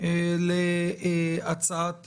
להצעת